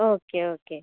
okay okay